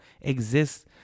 exists